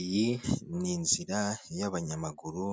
Iyi ni inzira y'abanyamaguru